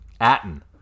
Atten